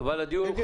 הדיון חשוב.